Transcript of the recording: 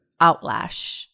outlash